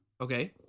Okay